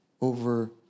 over